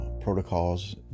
protocols